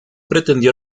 pretendió